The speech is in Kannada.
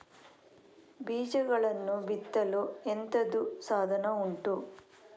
ಬೀಜಗಳನ್ನು ಬಿತ್ತಲು ಎಂತದು ಸಾಧನ ಉಂಟು?